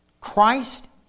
Christ